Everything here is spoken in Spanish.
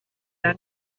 dan